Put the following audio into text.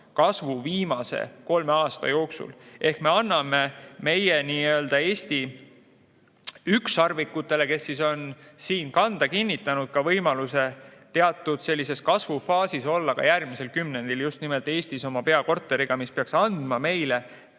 20% viimase kolme aasta jooksul. Ehk me anname Eesti ükssarvikutele, kes on siin kanda kinnitanud, võimaluse teatud kasvufaasis olla ka järgmisel kümnendil just nimelt Eestis oma peakorteriga, mis peaks andma meile